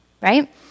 right